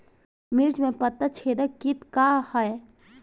मिर्च में पता छेदक किट का है?